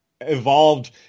evolved